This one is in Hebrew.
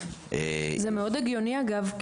זה מאוד הגיוני אגב,